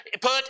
put